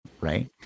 Right